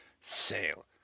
sale